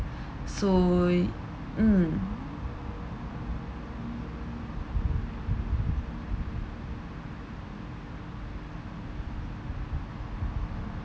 so mm